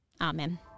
Amen